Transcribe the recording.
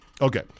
Okay